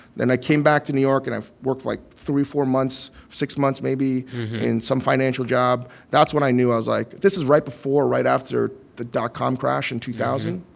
then i came back to new york, and i worked for, like, three, four months, six months maybe in some financial job. that's when i knew. i was like this is right before, right after the dot-com crash in two thousand.